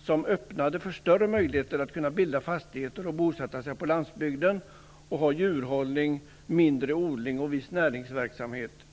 Dessa öppnade för större möjligheter att bilda fastigheter och att bosätta sig på landsbygden och ha djurhållning, mindre odling och viss näringsverksamhet.